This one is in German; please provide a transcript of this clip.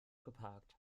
geparkt